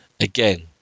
Again